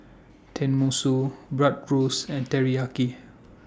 Tenmusu Bratwurst and Teriyaki